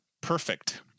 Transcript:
perfect